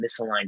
misaligned